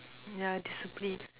yeah discipline